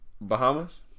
Bahamas